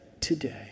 today